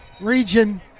region